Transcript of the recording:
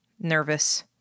nervous